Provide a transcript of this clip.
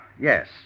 yes